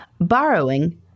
Borrowing